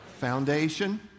foundation